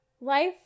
Life